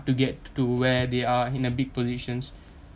to get to where they are in the big positions